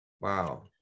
Wow